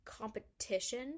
competition